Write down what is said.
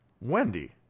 Wendy